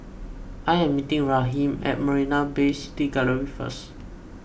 I am meeting Raheem at Marina Bay City Gallery first